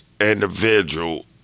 individual